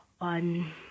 on